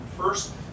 First